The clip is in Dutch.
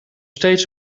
steeds